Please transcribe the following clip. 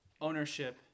ownership